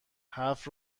حرف